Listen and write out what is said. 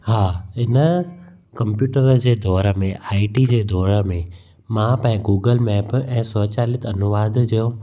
हा इन कंप्यूटर जे दौर में आई टी जे दौर में मां गूगल मेप ऐं स्वचालित अनुवाद जो